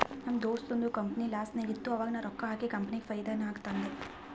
ನಮ್ ದೋಸ್ತದು ಕಂಪನಿ ಲಾಸ್ನಾಗ್ ಇತ್ತು ಆವಾಗ ನಾ ರೊಕ್ಕಾ ಹಾಕಿ ಕಂಪನಿಗ ಫೈದಾ ನಾಗ್ ತಂದ್